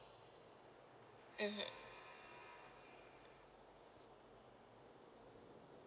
mmhmm